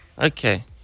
okay